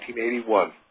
1981